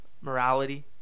morality